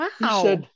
Wow